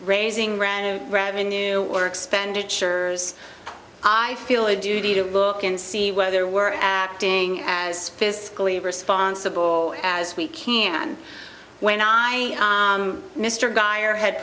raising revenue or expenditures i feel a duty to look and see whether we're acting as fiscally responsible as we can when i mr geier had